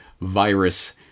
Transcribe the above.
virus